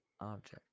object